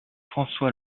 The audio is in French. françois